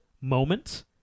moment